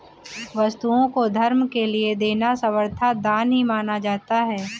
वस्तुओं को धर्म के लिये देना सर्वथा दान ही माना जाता है